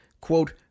quote